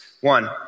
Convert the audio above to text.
One